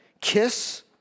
kiss